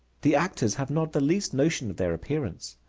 the actors have not the least notion of their appearance.